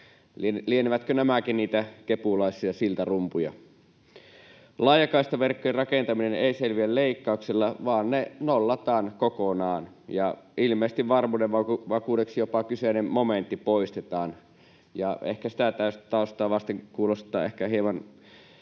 Lienevätkö nämäkin niitä kepulaisia siltarumpuja? Laajakaistaverkkojen rakentamisesta ei selviä leikkauksella, vaan ne nollataan kokonaan ja ilmeisesti varmuuden vakuudeksi jopa kyseinen momentti poistetaan. Sitä taustaa vasten kuulostaa ehkä hieman